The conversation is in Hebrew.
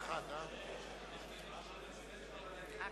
רבותי חברי